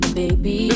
baby